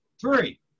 Three